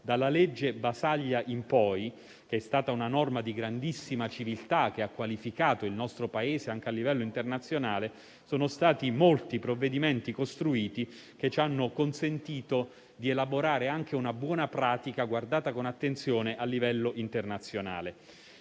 dalla legge Basaglia in poi, che è stata una norma di grandissima civiltà che ha qualificato il nostro Paese anche a livello internazionale, sono stati molti i provvedimenti costruiti che ci hanno consentito di elaborare anche una buona pratica guardata con attenzione a livello internazionale.